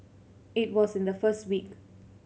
it was in the first week